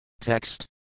Text